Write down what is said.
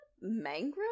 mangrove